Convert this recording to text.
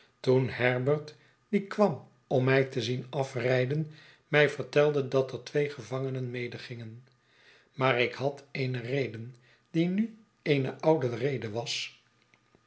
toen herbert die kwam om mij te zien afrijden my vertelde dat er twee gevanenen medegingen maar ik had eene reden die nu eene oude reden was